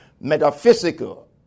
metaphysical